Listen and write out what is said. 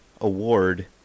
award